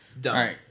Done